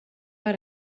har